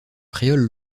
créole